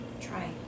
try